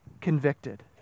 convicted